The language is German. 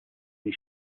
die